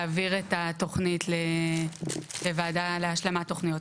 להעביר את התוכנית לוועדה להשלמת תוכניות.